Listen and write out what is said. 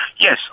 Yes